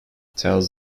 tells